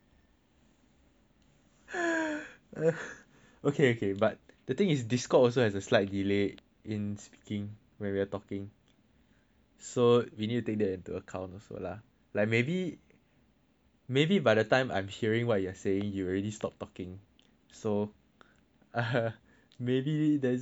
ok ok but the thing is discord also has a slightly delay in speaking when we are so talking so we have to take that into account so lah like maybe maybe by the time I'm hearing what you're saying you already stop talking so !huh! maybe there isn't much overlap